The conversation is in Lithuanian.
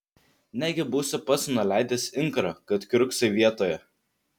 negi būsi pats nuleidęs inkarą kad kiurksai vietoje